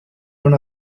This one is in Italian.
non